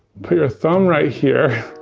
put your thumb right here.